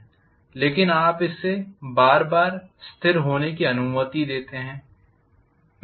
लेकिन आप इसे बार बार स्थिर होने की अनुमति देते हैं